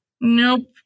Nope